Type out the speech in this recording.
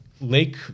lake